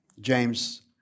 James